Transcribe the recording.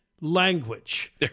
language